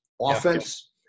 offense